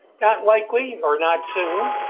not likely or not soon.